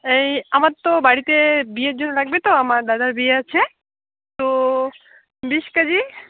এই আমার তো বাড়িতে বিয়ের জন্য লাগবে তো আমার দাদার বিয়ে আছে তো বিশ কেজি